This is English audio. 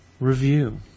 review